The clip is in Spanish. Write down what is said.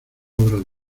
obras